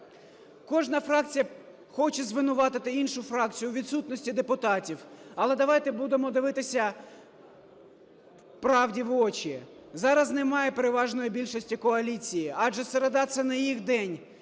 Кожна фракція хоче звинуватити іншу фракцію у відсутності депутатів. Але давайте будемо дивитися правді в очі. Зараз немає переважної більшості коаліції, адже середа – це не їх день.